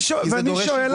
ואני שואל,